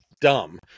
dumb